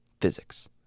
physics